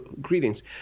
greetings